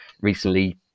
recently